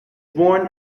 born